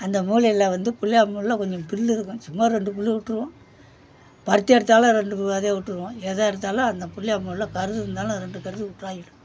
அந்த மூலையில் வந்து பிள்ளையாம் மூலையில் கொஞ்சம் பில்லு இருக்கும் சும்மா ரெண்டு பில்லு விட்ருவோம் பருத்தி எடுத்தாலும் ரெண்டு அதே விட்ருவோம் எதை எடுத்தாலும் அந்த பிள்ளயாம் மூலையில் கருது இருந்தாலும் ரெண்டு கருது விட்டாகிடும்